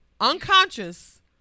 Unconscious